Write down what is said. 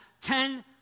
Ten